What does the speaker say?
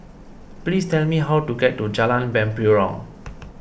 please tell me how to get to Jalan Mempurong